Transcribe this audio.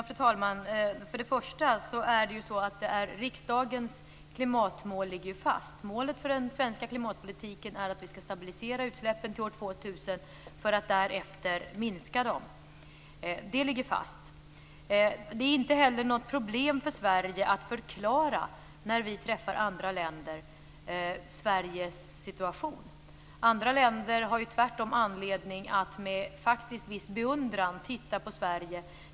Fru talman! Först och främst vill jag konstatera att riksdagens klimatmål ligger fast. Målet för den svenska klimatpolitiken är att vi skall stabilisera utsläppen till år 2000 för att därefter minska dem. Det ligger fast. Det är inte heller något problem för Sverige när vi träffar andra länder att förklara Sveriges situation. Andra länder har tvärtom anledning att med viss beundran titta på Sverige.